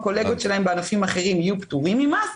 הקולגות שלהם בענפים אחרים יהיו פטורים מס.